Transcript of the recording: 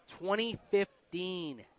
2015